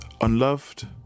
Unloved